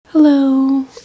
Hello